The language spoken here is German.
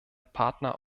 partner